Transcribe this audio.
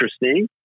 interesting